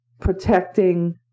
protecting